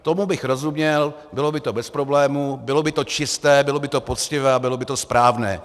Tomu bych rozuměl, bylo by to bez problémů, bylo by to čisté, bylo by to poctivé a bylo by to správné.